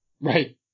Right